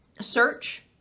search